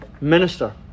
minister